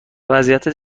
وضعیت